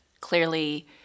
clearly